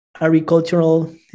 agricultural